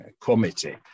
committee